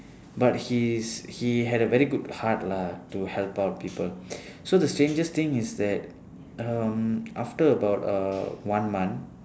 but he is he had a very good heart lah to help out people so the strangest thing is that um after about uh one month